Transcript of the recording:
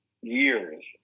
years